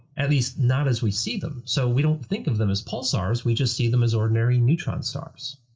at least not as we see them, so we don't think of them as pulsars, we just see them as ordinary neutron stars.